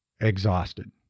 exhausted